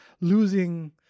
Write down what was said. losing